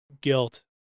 guilt